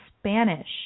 Spanish